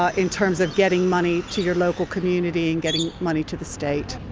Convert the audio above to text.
ah in terms of getting money to your local community and getting money to the state.